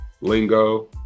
lingo